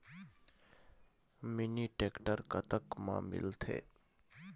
Mini tractor कतक म मिलथे?